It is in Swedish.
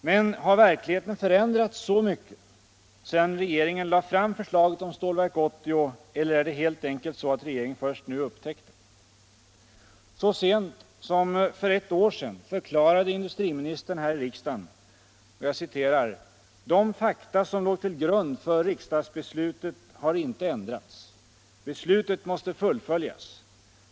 Men har verkligheten förändrats så mycket sedan regeringen lade fram förslaget om Stålverk 80, eller är det helt enkelt så, att regeringen först nu upptäckt den? Så sent som för ett år sedan förklarade industriministern här i riksdagen: ”De fakta som låg till grund för riksdagsbeslutet har inte ändrats. Beslutet måste fullföljas.